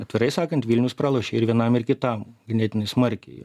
atvirai sakant vilnius pralošė ir vienam ir kitam ganėtinai smarkiai